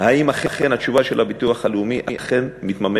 אם אכן התשובה של הביטוח הלאומי מתממשת.